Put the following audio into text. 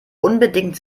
unbedingt